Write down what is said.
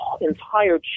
entire